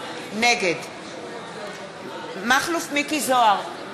נגד מכלוף מיקי זוהר,